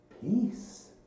Peace